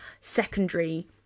secondary